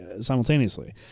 simultaneously